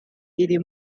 iri